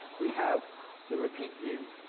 we have the repeat view.